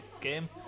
game